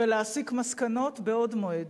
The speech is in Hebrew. ולהסיק מסקנות מבעוד מועד.